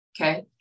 okay